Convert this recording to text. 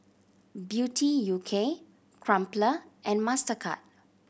Beauty U K Crumpler and Mastercard